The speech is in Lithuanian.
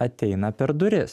ateina per duris